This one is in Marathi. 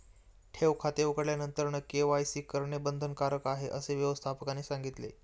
ठेव खाते उघडल्यानंतर के.वाय.सी करणे बंधनकारक आहे, असे व्यवस्थापकाने सांगितले